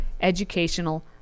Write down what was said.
educational